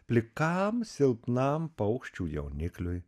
plikam silpnam paukščių jaunikliui